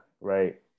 right